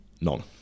None